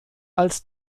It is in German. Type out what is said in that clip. als